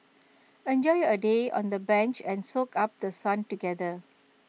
enjoy A day on the bench and soak up The Sun together